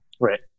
Right